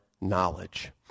knowledge